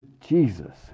Jesus